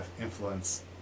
influence